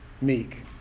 meek